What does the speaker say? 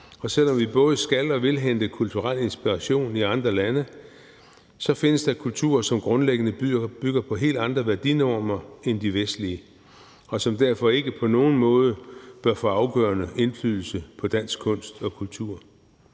og selv om vi både skal og vil hente kulturel inspiration i andre lande, så findes der kulturer, som grundlæggende bygger på helt andre værdinormer end de vestlige, og som derfor ikke på nogen måde bør få afgørende indflydelse på dansk kunst og kultur.